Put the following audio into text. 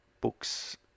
book's